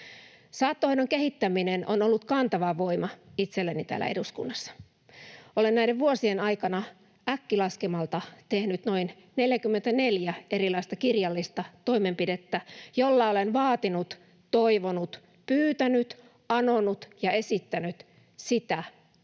Saattohoidon kehittäminen on ollut kantava voima itselleni täällä eduskunnassa. Olen näiden vuosien aikana äkkilaskemalta tehnyt noin 44 erilaista kirjallista toimenpidettä, joilla olen vaatinut, toivonut, pyytänyt, anonut ja esittänyt sitä, että